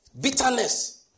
Bitterness